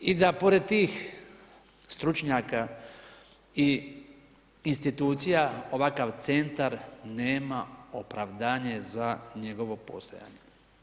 I da pored tih stručnjaka i institucija, ovakav centar nema opravdanje za njegovo postojanje.